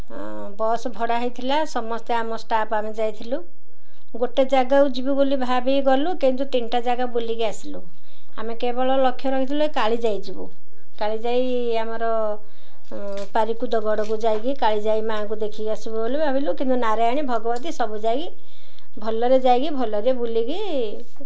bus ଭଡ଼ା ହୋଇଥିଲା ସମସ୍ତେ ଆମ ଷ୍ଟାପ୍ ଆମେ ଯାଇଥିଲୁ ଗୋଟେ ଜାଗାକୁ ଯିବୁ ବୋଲି ଭାବିକି ଗଲୁ କିନ୍ତୁ ତିନିଟା ଜାଗା ବୁଲିକି ଆସିଲୁ ଆମେ କେବଳ ଲକ୍ଷ୍ୟ ରଖିଥିଲୁ କାଳିଜାଇ ଯିବୁ କାଳିଜାଇ ଆମର ପାରିକୁଦଗଡ଼କୁ ଯାଇକି କାଳିଜାଇ ମାଆଙ୍କୁ ଦେଖିକି ଆସିବୁ ବୋଲି ଭାବିଲୁ କିନ୍ତୁ ନାରାୟଣୀ ଭଗବତୀ ସବୁ ଯାଇକି ଭଲରେ ଯାଇକି ଭଲରେ ବୁଲିକି